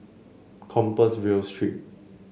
Compassvale Street